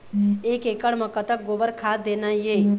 एक एकड़ म कतक गोबर खाद देना ये?